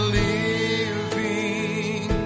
living